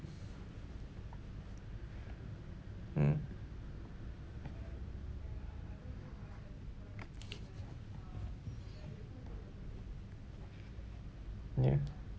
mm ya